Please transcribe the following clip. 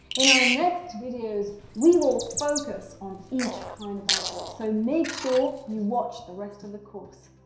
in our next videos, we will focus on each kind of adverbs. so make sure you watch the rest of the course.